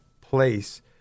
place